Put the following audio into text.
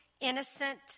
innocent